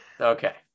Okay